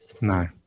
No